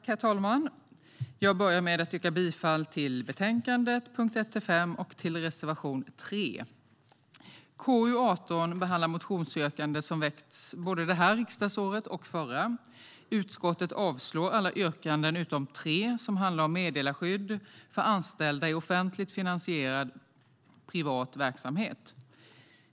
Herr talman! Jag börjar med att yrka bifall till utskottets förslag, punkt 1-5, och till reservation 3. Tryck och yttrande-frihetsfrågor KU18 behandlar motionsyrkanden som väckts både det här riksdagsåret och det förra. Utskottet avslår alla yrkanden utom tre som handlar om meddelarskydd för anställda i offentligt finansierad privat verksamhet.